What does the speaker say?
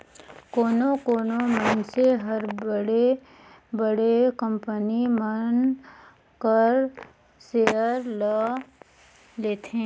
कोनो कोनो मइनसे हर बड़े बड़े कंपनी मन कर सेयर ल लेथे